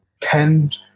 tend